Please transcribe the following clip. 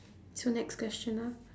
so next question ah